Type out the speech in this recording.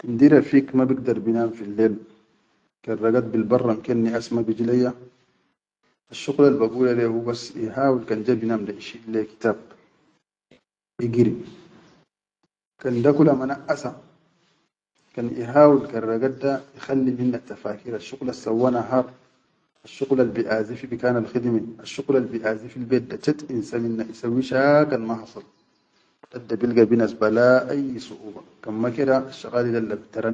Indi rafeek ma bigdar binam fillel kan ragad bilbarram ke anniaʼas ma biji le asshuqulal bagula le hubas ihawi kan ja binam da ishil le kitabi igiri, kan da kula ma naʼasa kan ihawil kan ragad da ikhalli minnattafakir asshuqulassawwa nahar, asshuqulal biaʼazi fil bet da chat insa minna isawwi sha kan ma hasal dadda bilga binas bala ayyi suʼuba kan ma keda asshuqulal.